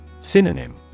Synonym